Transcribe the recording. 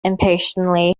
impatiently